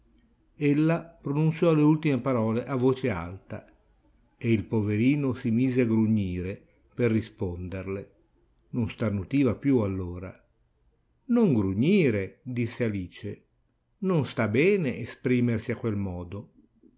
abbandonassi ella pronunziò le ultime parole a voce alta e il poverino si mise a grugnire per risponderle non starnutiva più allora non grugnire disse alice non sta bene esprimersi a quel modo